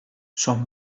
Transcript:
son